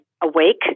awake